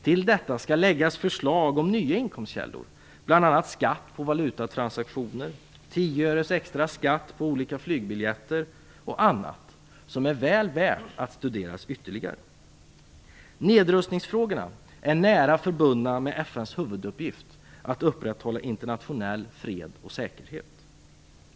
Till detta skall läggas förslag om nya inkomstkällor, bl.a. skatt på valutatransaktioner, 10 öres extra skatt på olika flygbiljetter och annat som är väl värt att studera ytterligare. Nedrustningsfrågorna är nära förbundna med FN:s huvuduppgift, att upprätthålla internationell fred och säkerhet.